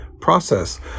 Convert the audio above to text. process